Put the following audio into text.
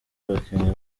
abakinyi